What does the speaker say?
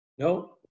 No